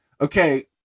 Okay